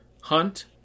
Hunt